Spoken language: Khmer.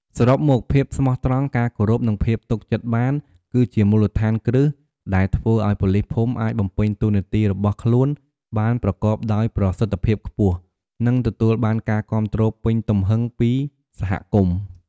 សរុបមក ភាពស្មោះត្រង់ ការគោរព និងភាពទុកចិត្តបាន គឺជាមូលដ្ឋានគ្រឹះ ដែលធ្វើឱ្យប៉ូលីសភូមិអាចបំពេញតួនាទីរបស់ខ្លួនបានប្រកបដោយប្រសិទ្ធភាពខ្ពស់ និងទទួលបានការគាំទ្រពេញទំហឹងពីសហគមន៍។